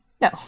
No